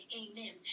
amen